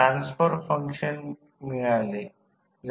हे VA auto आहे कारण ते V1 I1 V2 I दोन आहे